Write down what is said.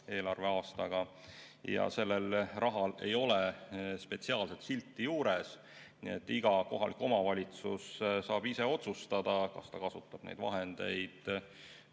eelarveaastaga. Sellel rahal ei ole spetsiaalset silti juures. Nii et iga kohalik omavalitsus saab ise otsustada, kas ta kasutab neid vahendeid